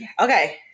Okay